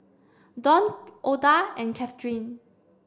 Dawn Ouida and Cathryn